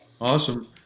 Awesome